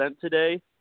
today